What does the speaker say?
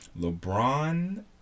LeBron